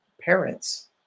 parents